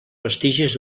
vestigis